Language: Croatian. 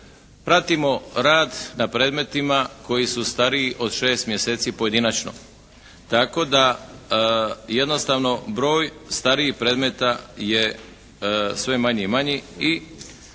pratimo rad nad predmetima koji su stariji od šest mjeseci pojedinačno, tako da jednostavno broj starijih predmeta je sve manji i manji